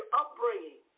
upbringing